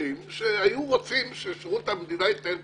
שהיו רוצים ששירות המדינה יתנהל כך.